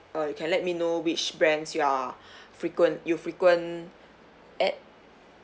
uh may~ maybe I uh you can let me know which brands you are frequent you frequent add